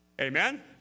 Amen